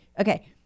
okay